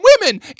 women